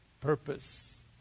purpose